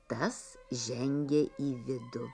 tas žengė į vidų